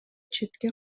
четке